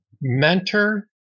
mentor